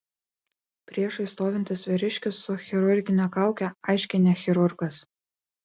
priešais stovintis vyriškis su chirurgine kauke aiškiai ne chirurgas